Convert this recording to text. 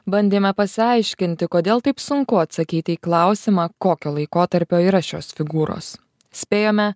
bandėme pasiaiškinti kodėl taip sunku atsakyti į klausimą kokio laikotarpio yra šios figūros spėjome